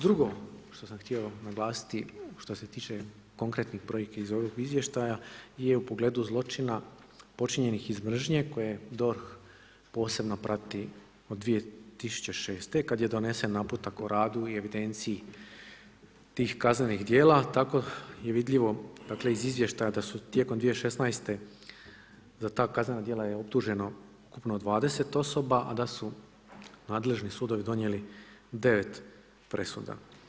Drugo što sam htio naglasiti što se tiče konkretnih projekata iz ovog izvještaja je u pogledu zločina počinjenih iz mržnje koje DORH posebno prati od 2006. kad je donesen naputak o radu i evidenciji tih kaznenih djela, tako je vidljivo iz izvještaja da su tijekom 2016. za ta kaznena djela je optuženo ukupno 20 osoba, a da su nadležni sudovi donijeli 9 presuda.